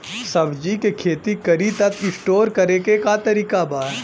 सब्जी के खेती करी त स्टोर करे के का तरीका बा?